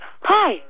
Hi